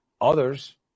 Others